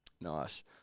Nice